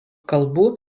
kalbų